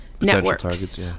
Networks